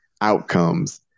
outcomes